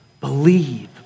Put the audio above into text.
believe